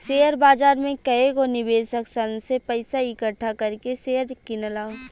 share बाजार में कएगो निवेशक सन से पइसा इकठ्ठा कर के शेयर किनला